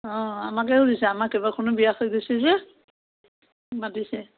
অঁ আমাকে সুধিছে আমাৰ কেইবাখনো বিয়া হৈ গৈছে যে মাতিছে